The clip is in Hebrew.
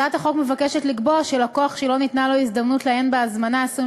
הצעת החוק מבקשת לקבוע שלקוח שלא ניתנה לו הזדמנות לעיין בהזמנה 24